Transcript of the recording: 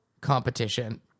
Competition